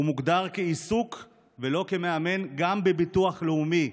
הוא מוגדר כעיסוק ולא כמאמן גם בביטוח לאומי.